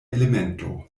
elemento